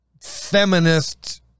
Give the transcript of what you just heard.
feminist